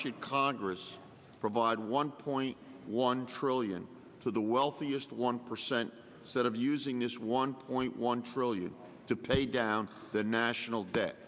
should congress provide one point one trillion to the wealthiest one percent said i'm using this one point one trillion to pay down the national debt